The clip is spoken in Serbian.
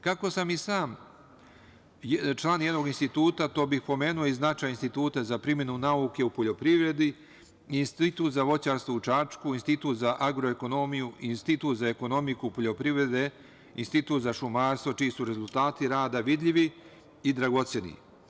Kako sam i sam član jednog instituta, pomenuo bih i značaj Instituta za primenu nauke u poljoprivredi, Institut za voćarstvo u Čačku, Institut za agroekonomiju, Institut za ekonomiku poljoprivrede, Institut za šumarstvo, čiji su rezultati rada vidljivi i dragoceni.